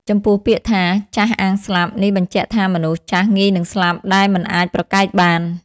ចំពោះពាក្យថា"ចាស់អាងស្លាប់" នេះបញ្ជាក់ថាមនុស្សចាស់ងាយនិងស្លាប់ដែលមិនអាចប្រកែកបាន។